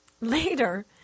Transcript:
later